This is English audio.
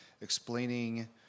explaining